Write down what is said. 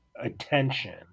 attention